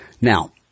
Now